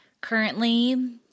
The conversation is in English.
currently